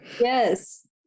yes